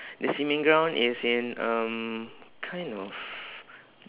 the cement ground is in um kind of